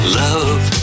love